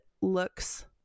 looks